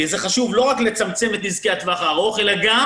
חשוב לא רק לצמצם את נזקי הטווח הארוך אלא גם